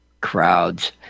crowds